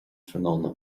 tráthnóna